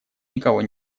никого